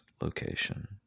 Location